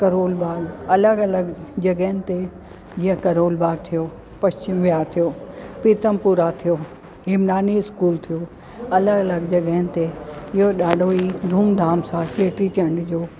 करोल बाग अलॻि अलॻि जॻहयुनि ते जीअं करोल बाग थियो पश्चिम विहार थियो पीतमपुरा थियो हेमनानी इस्कूल थियो अलॻि अलॻि जॻहयुनि ते इयो ॾाढो ई धूमधाम सां चेटीचंड जो